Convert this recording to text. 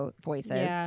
voices